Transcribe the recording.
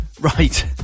Right